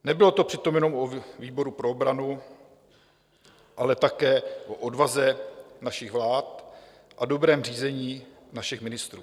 Nebylo to přitom jenom o výboru pro obranu, ale také o odvaze našich vlád a dobrém řízení našich ministrů.